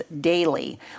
daily